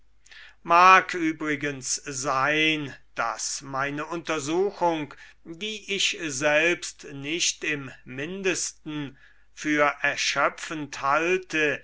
mag übrigens sein daß meine untersuchung die ich selbst nicht im mindesten für erschöpfend halte